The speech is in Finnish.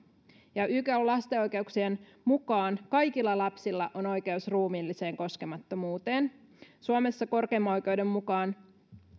ykn lasten oikeuksien mukaan kaikilla lapsilla on oikeus ruumiilliseen koskemattomuuteen suomessa korkeimman oikeuden mukaan